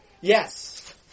Yes